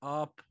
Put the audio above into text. up